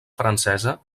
francesa